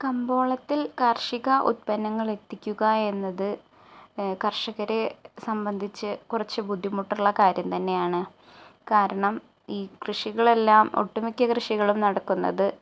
കമ്പോളത്തിൽ കാർഷിക ഉല്പന്നങ്ങൾ എത്തിക്കുക എന്നത് കർഷകരെ സംബന്ധിച് കുറച്ച് ബുദ്ധിമുട്ടുള്ള കാര്യം തന്നെയാണ് കാരണം ഈ കൃഷികളെല്ലാം ഒട്ടു മിക്ക കൃഷികളും നടക്കുന്നത്